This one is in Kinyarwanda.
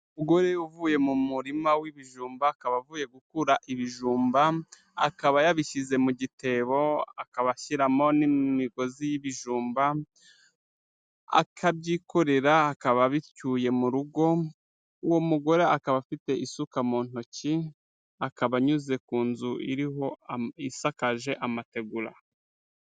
Umugore uvuye mu murima w'ibijumba akaba avuye gukura ibijumba akaba yabishyize mu gitebo akabashyiramo n'imigozi y'ibijumba akabyikorera akaba abicyuye mu rugo, uwo mugore akaba afite isuka mu ntoki akaba anyuze ku nzu iriho isakaje amategura.